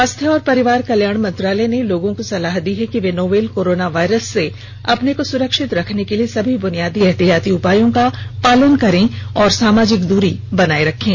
स्वास्थ्य और परिवार कल्याण मंत्रालय ने लोगों को सलाह दी है कि वे नोवल कोरोना वायरस से अपने को सुरक्षित रखने के लिए सभी बुनियादी एहतियाती उपायों का पालन करें और सामाजिक दूरी बनाए रखें